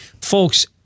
Folks